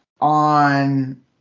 on